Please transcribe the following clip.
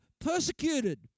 persecuted